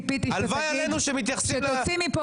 הלוואי עלינו שמתייחסים --- אני ציפיתי שאתה תוציא מפה